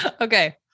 Okay